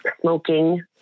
Smoking